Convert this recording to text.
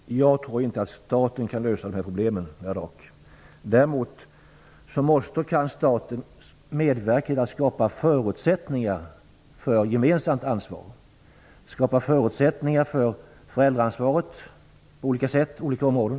Herr talman! Jag tror inte att staten kan lösa dessa problem. Däremot måste och kan staten medverka till att skapa förutsättningar för ett gemensamt ansvar. Staten kan skapa förutsättningar för föräldraansvaret på olika sätt och på olika områden.